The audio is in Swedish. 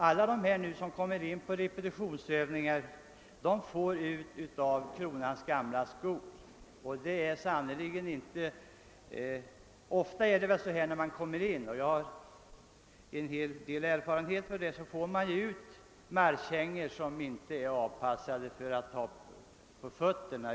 Alla de som nu rycker in på repetitionsövningar utrustas med äldre skor från kronans förråd. Jag har själv en hel del erfarenhet av de marschkängor som man därvid får ut, och de är sannerligen inte avpassade för att ha på fötterna.